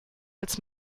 als